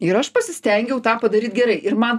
ir aš pasistengiau tą padaryt gerai ir man